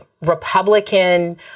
Republican